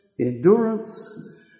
endurance